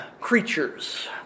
creatures